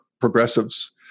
progressives